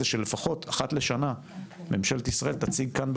שלפחות אחת לשנה ממשלת ישראל תציג כאן,